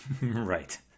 Right